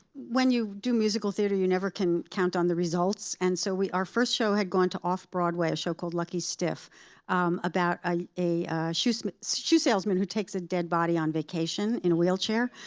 when you do musical theater, you never can count on the results. and so our first show had gone to off-broadway, a show called lucky stiff about a a shoe so shoe salesman who takes a dead body on vacation in a wheelchair.